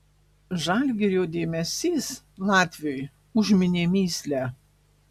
žalgirio dėmesys latviui užminė mįslę